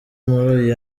muri